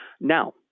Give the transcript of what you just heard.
Now